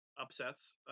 upsets